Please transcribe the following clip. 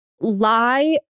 lie